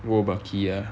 wolbachia